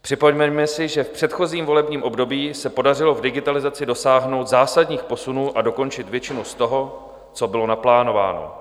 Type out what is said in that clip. Připomeňme si, že v předchozím volebním období se podařilo v digitalizaci dosáhnout zásadních posunů a dokončit většinu z toho, co bylo naplánováno.